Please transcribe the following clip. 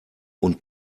und